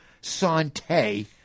Sante